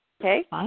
Okay